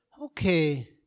Okay